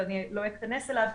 ואני לא אכנס אליו,